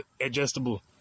adjustable